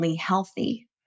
healthy